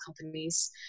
companies